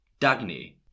Dagny